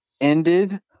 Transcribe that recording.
ended